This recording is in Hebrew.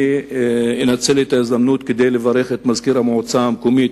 אני אנצל את ההזדמנות כדי לברך את מזכיר המועצה המקומית,